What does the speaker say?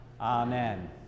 Amen